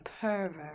pervert